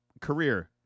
career